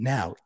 Now